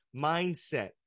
mindset